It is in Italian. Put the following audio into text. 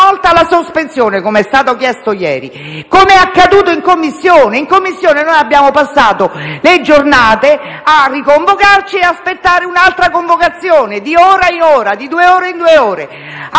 una sospensione, come è stato fatto ieri, e come è accaduto in Commissione: in quella sede abbiamo passato le giornate a riconvocarci e ad aspettare un'altra convocazione di ora in ora, di due ore in due ore.